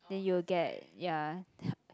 then you will get ya